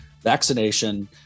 vaccination